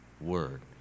word